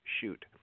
Shoot